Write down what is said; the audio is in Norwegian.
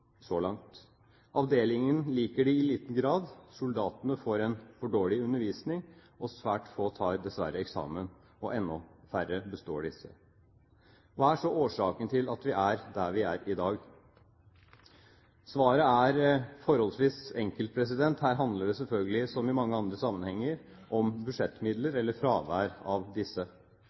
liker den i liten grad – soldatene får en for dårlig undervisning, svært få tar dessverre eksamen, og enda færre består den. Hva er så årsaken til at vi er der vi er i dag? Svaret er forholdsvis enkelt. Her handler det selvfølgelig, som i mange andre sammenhenger, om budsjettmidler, eller fraværet av disse.